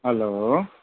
hello